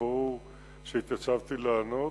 ברור שהתייצבתי לענות.